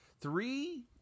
Three